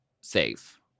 safe